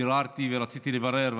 ביררתי ורציתי לברר,